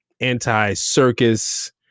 anti-circus